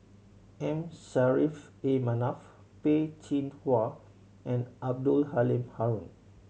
M Saffri A Manaf Peh Chin Hua and Abdul Halim Haron